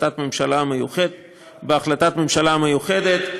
בהחלטת ממשלה מיוחדת,